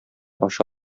ача